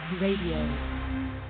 Radio